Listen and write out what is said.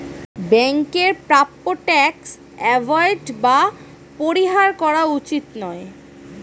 ব্যাংকের প্রাপ্য tax avoid বা পরিহার করা উচিত নয়